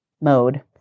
mode